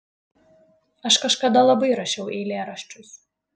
aš kažkada labai rašiau eilėraščius